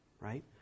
right